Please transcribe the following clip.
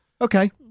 Okay